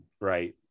right